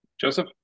joseph